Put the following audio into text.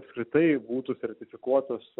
apskritai būtų sertifikuotos